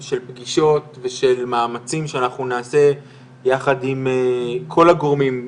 של פגישות ושל מאמצים שאנחנו נעשה יחד עם כל הגורמים,